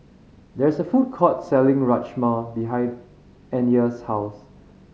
there is a food court selling Rajma behind Anya's house